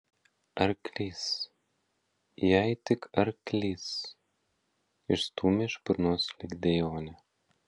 arklys jai tik arklys išstūmė iš burnos lyg dejonę